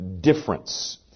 difference